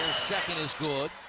second is good.